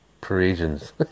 Parisians